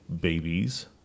babies